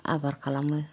आबार खालामो